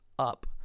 up